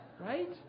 Right